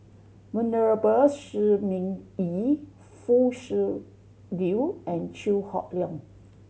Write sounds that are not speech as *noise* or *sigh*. Venerable Shi Ming Yi Foo *unintelligible* Liew and Chew Hock Leong